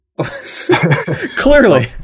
Clearly